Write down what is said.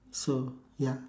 so ya